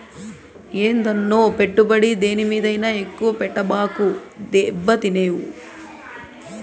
ఏందన్నో, పెట్టుబడి దేని మీదైనా ఎక్కువ పెట్టబాకు, దెబ్బతినేవు